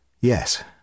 Yes